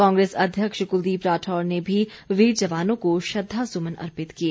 कांग्रेस अध्यक्ष कुलदीप राठौर ने भी वीर जवानों को श्रद्धासमुन अर्पित किए